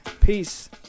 Peace